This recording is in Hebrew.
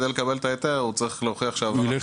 על מנת לקבל את ההיתר הוא צריך להוכיח ש --- אז